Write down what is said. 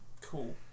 cool